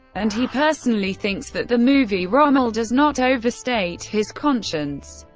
and he personally thinks that the movie rommel does not overstate his conscience.